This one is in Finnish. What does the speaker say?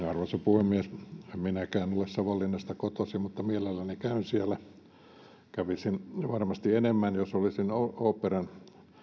arvoisa puhemies en minäkään ole savonlinnasta kotoisin mutta mielelläni käyn siellä kävisin varmasti enemmän jos olisin oopperan